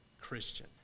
Christian